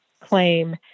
claim